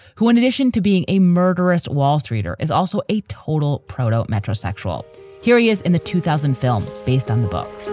who, in addition to being a murderous wall streeter, is also a total proteau metrosexual. here he is in the two thousand film based on the book